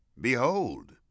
Behold